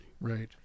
Right